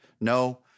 no